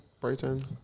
Brighton